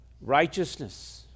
righteousness